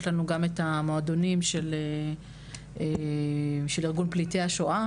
לנו גם את המועדונים של ארגון פליטי השואה,